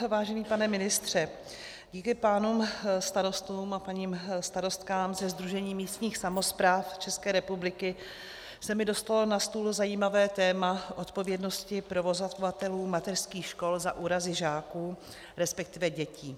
Vážený pane ministře, díky pánům starostům a paním starostkám ze Sdružení místních samospráv České republiky se mi dostalo na stůl zajímavé téma odpovědnosti provozovatelů mateřských škol za úrazy žáků, resp. dětí.